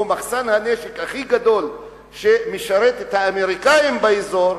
מחסן הנשק הכי גדול שמשרת את האמריקנים באזור,